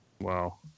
Wow